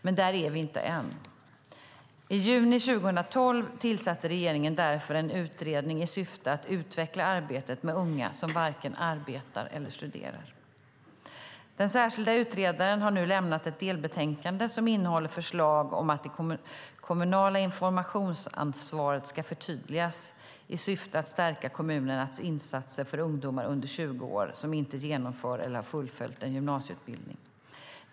Men där är vi inte än. I juni 2012 tillsatte regeringen därför en utredning i syfte att utveckla arbetet med unga som varken arbetar eller studerar. Den särskilda utredaren har nu lämnat ett delbetänkande som innehåller förslag om att det kommunala informationsansvaret ska förtydligas i syfte att stärka kommunernas insatser för ungdomar under 20 år som inte genomför eller har fullföljt en gymnasieutbildning.